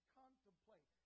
contemplate